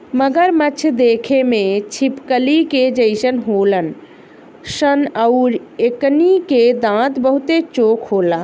मगरमच्छ देखे में छिपकली के जइसन होलन सन अउरी एकनी के दांत बहुते चोख होला